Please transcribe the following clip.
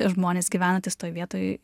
žmonės gyvenantys toj vietoj